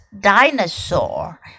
dinosaur